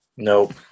Nope